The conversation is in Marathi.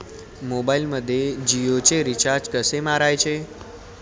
मोबाइलमध्ये जियोचे रिचार्ज कसे मारायचे?